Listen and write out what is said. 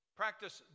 practice